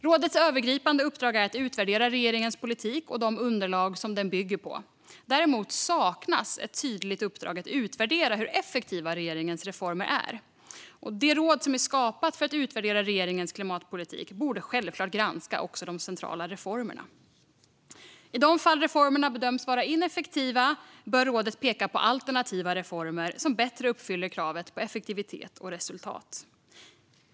Rådets övergripande uppdrag är att utvärdera regeringens politik och de underlag som den bygger på. Däremot saknas ett tydligt uppdrag att utvärdera hur effektiva regeringens reformer är. Det råd som är skapat för att utvärdera regeringens klimatpolitik borde självklart också granska de centrala reformerna. I de fall reformerna bedöms vara ineffektiva bör rådet peka på alternativa reformer som bättre uppfyller kravet på effektivitet och resultat.